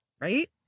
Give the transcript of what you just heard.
Right